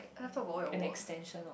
laptop got all your work